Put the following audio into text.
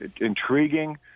intriguing